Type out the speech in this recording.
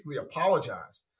apologized